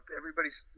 everybody's